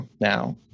now